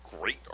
great